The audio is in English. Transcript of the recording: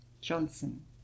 Johnson